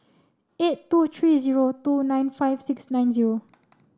eight two three zero two nine five six nine zero